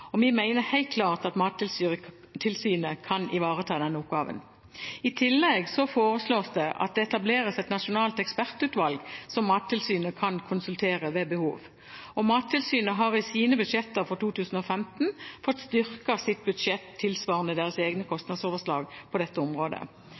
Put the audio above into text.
og vi mener helt klart at Mattilsynet kan ivareta denne oppgaven. I tillegg foreslås det at det etableres et nasjonalt ekspertutvalg som Mattilsynet kan konsultere ved behov. Mattilsynet har fått styrket sitt budsjett for 2015 tilsvarende egne kostnadsoverslag på dette området.